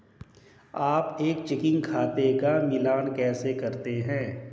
आप एक चेकिंग खाते का मिलान कैसे करते हैं?